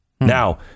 Now